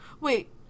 Wait